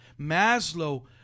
Maslow